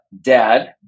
Dad